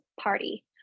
party